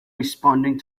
responding